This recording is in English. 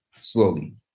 slowly